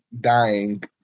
dying